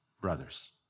brothers